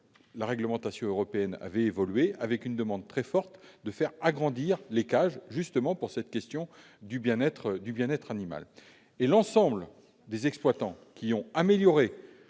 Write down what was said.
la réglementation européenne avait évolué, à la suite d'une demande très forte de faire agrandir les cages, justement au regard de cette question du bien-être animal. L'ensemble des exploitants ayant ainsi